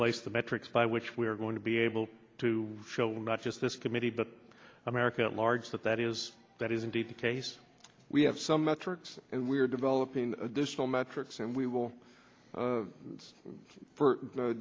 place the metrics by which we're going to be able to show not just this committee but america at large that that is that is indeed the case we have some metrics and we're developing additional metrics and we will